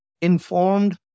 informed